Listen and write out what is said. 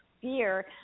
fear